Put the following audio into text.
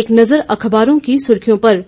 एक नजर अखबारों की सुर्खियों पर